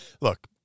Look